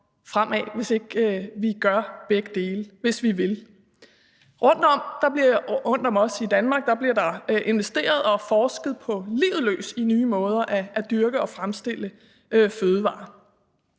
fremad, hvis ikke vi gør begge dele, hvis vi vil. Rundt om os i Danmark bliver der investeret og forsket på livet løs i nye måder at dyrke og fremstille fødevarer